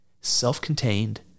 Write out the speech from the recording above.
self-contained